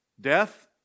death